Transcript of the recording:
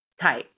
tight